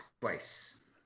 twice